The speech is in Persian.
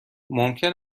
ممکن